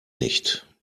nicht